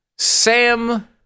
Sam